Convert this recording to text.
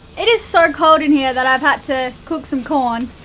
it is so cold in here that i've had to cook some corn.